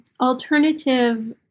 alternative